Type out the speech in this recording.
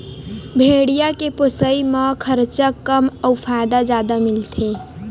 भेड़िया के पोसई म खरचा कम अउ फायदा जादा मिलथे